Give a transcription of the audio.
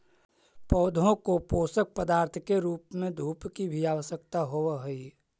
पौधों को पोषक पदार्थ के रूप में धूप की भी आवश्यकता होवअ हई